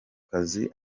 kazi